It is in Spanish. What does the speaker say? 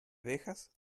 dejas